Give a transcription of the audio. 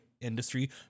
industry